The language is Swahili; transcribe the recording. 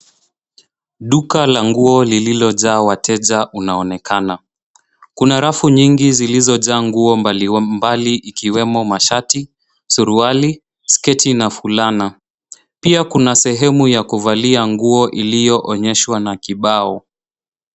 Duka la nguo lililojaa wateja unaonekana. Kuna rafu nyingi zilizojaa nguo mbalimbali ikiwemo mashati, suruali, sketi na fulana. Pia kuna sehemu ya kuvalia nguo iliyoonyeshwa na kibao.